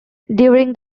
during